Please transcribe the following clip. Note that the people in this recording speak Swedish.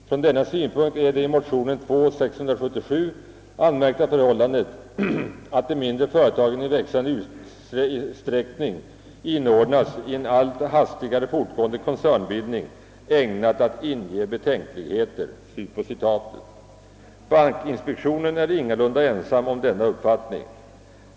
Från denna synpunkt är det i motionen II: 677 anmärkta förhållandet, att de mindre företagen i växande utsträckning inordnas i en allt hastigare fortgående koncernbildning, ägnat att inge betänkligheter.» Bankinspektionen är ingalunda ensam om denna uppfattning.